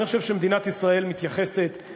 אני חושב שמדינת ישראל מתייחסת,